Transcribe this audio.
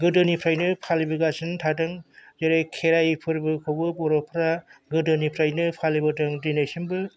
गोदोनिफ्रायनो फालिबोगासिनो थादों जेरै खेराइ फोरबोखौबो बर'फोरा गोदोनिफ्रायनो फालिबोदों दिनैसिमबो